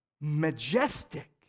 majestic